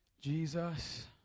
Jesus